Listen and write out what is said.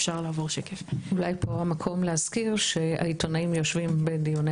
אולי פה המקום להזכיר שהעיתונאים יושבים בדיוני